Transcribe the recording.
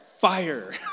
fire